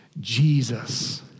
Jesus